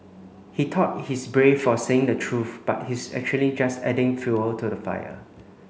he thought he's brave for saying the truth but he's actually just adding fuel to the fire